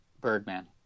Birdman